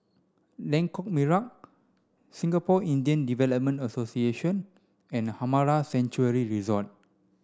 Lengkok Merak Singapore Indian Development Association and Amara Sanctuary Resort